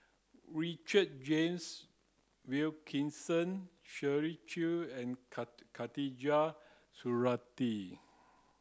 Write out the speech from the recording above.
Richard James Wilkinson Shirley Chew and Khatijah Surattee